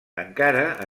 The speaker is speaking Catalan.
encara